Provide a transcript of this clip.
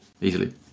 easily